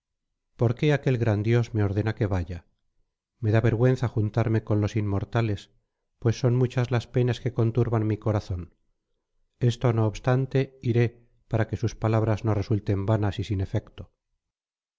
por qué aquel gran dios me ordena que vaya me da vergüenza juntarme con los inmortales pues son muchas las penas que conturban mi corazón esto no obstante iré para que sus palabras no resulten vanas y sin efecto